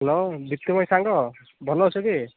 hello Jitu ମୋ ସାଙ୍ଗ ଭଲ ଅଛୁଟି